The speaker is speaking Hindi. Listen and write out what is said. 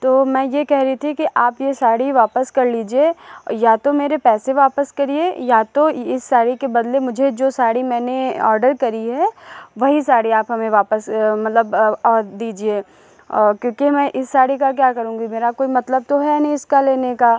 तो मैं यह कह रही थी कि आप यह साड़ी वापस कर लीजिए या तो मेरे पैसे वापस करिए या तो इस साड़ी के बदले मुझे जो साड़ी मैंने ऑर्डर करी है वही साड़ी आप हमें वापस मतलब वह दीजिए और क्योंकि मैं इस साड़ी का क्या करूँगी मेरा कोई मतलब तो है नहीं इसका लेने का